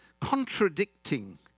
contradicting